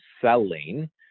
selling